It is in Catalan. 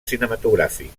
cinematogràfic